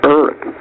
earth